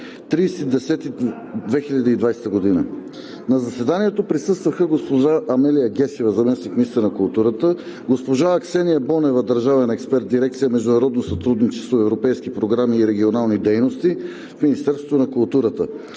30 октомври 2020 г. На заседанието присъстваха: госпожа Амелия Гешева – заместник-министър на културата, госпожа Аксения Бонева – държавен експерт – дирекция „Международно сътрудничество, европейски програми и регионални дейности“ в Министерството на културата.